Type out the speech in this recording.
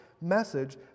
message